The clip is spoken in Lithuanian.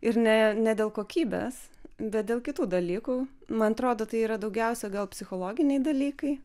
ir ne ne dėl kokybės bet dėl kitų dalykų man atrodo tai yra daugiausia gal psichologiniai dalykai